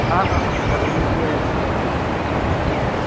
ہاں ہاں ہاں ضروری بھی ہے اتنا جی سر